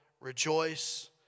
rejoice